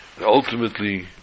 ultimately